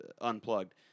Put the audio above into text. unplugged